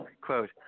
quote